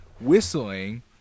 whistling